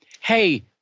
Hey